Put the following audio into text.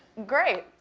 great.